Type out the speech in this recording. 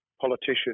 politician